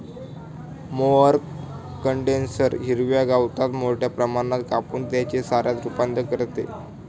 mower condenser हिरव्या गवताला मोठ्या प्रमाणात कापून त्याचे चाऱ्यात रूपांतर करते